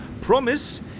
Promise